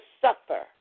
suffer